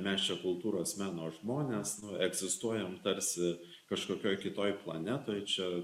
mes čia kultūros meno žmonės nu egzistuojam tarsi kažkokioj kitoj planetoj čia